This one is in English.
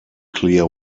clear